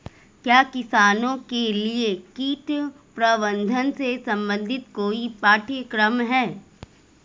क्या किसानों के लिए कीट प्रबंधन से संबंधित कोई पाठ्यक्रम है?